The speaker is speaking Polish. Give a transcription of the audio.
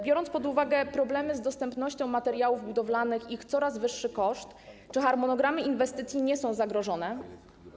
Biorąc pod uwagę problemy z dostępnością materiałów budowlanych i ich coraz wyższy koszt, pytam, czy harmonogramy inwestycji nie są zagrożone.